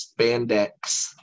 spandex